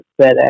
FedEx